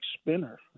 spinner